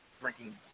drinking